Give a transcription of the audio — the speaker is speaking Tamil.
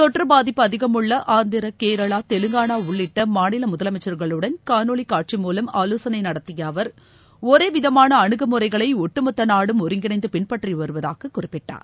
தொற்று பாதிப்பு அதிகமுள்ள ஆந்திரா கேரளா தெலங்கானா உள்ளிட்ட மாநில முதலனமச்சர்களுடன் காணொலி ஷட்சி மூலம் ஆலோசளை நடத்திய அவர் ஒரே விதமாள அனுகுமுறைகளை ஒட்டுமொத்த நாடும் ஒருங்கிணைந்து பின்பற்றி வருவதாக குறிப்பிட்டார்